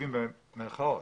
אוהבים במירכאות,